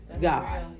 God